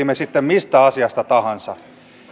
me sitten mistä asiasta tahansa